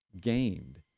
gained